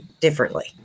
differently